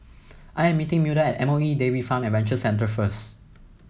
I am meeting Milda at M O E Dairy Farm Adventure Centre first